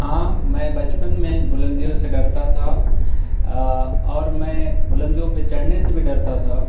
ہاں میں بچپن میں بلندیوں سے ڈرتا تھا اور میں بلندیوں پہ چڑھنے سے بھی ڈرتا تھا